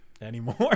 anymore